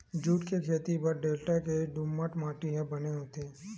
jute के खेती बर डेल्टा के दुमट माटी ह बने होथे